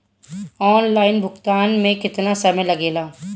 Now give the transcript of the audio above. Online भुगतान में केतना समय लागेला?